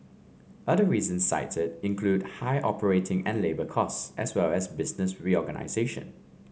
other reasons cited included high operating and labour costs as well as business reorganisation